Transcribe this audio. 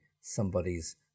somebody's